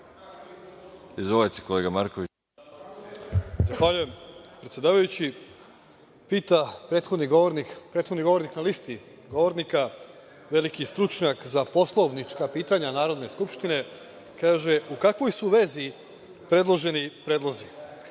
**Aleksandar Marković** Zahvaljujem predsedavajući. Pita prethodni govornik na listi govornika, veliki stručnjak za poslovnička pitanja Narodne Skupštine Republike Srbije, kaže – u kakvoj su vezi predloženi predlozi?